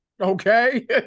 Okay